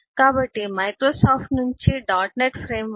కాబట్టి మైక్రోసాఫ్ట్ నుండి dot net ఫ్రేమ్వర్క్కు